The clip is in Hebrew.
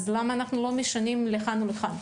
אז למה אנחנו לא משנים לכאן או לכאן?